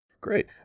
Great